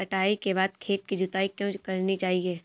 कटाई के बाद खेत की जुताई क्यो करनी चाहिए?